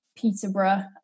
Peterborough